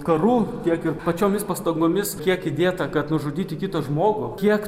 karu tiek ir pačiomis pastangomis kiek įdėta kad nužudyti kitą žmogų kiek